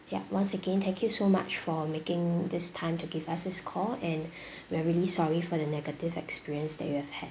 ya once again thank you so much for making this time to give us this call and we're really sorry for the negative experience that you have had